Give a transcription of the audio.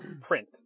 print